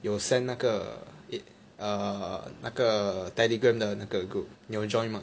有 send 那个 it err 那个 Telegram 的那个 group 你有 join mah